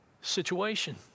situation